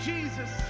Jesus